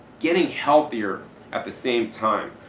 getting healthier at the same time.